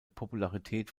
popularität